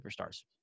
superstars